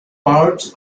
parts